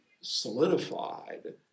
solidified